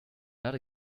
not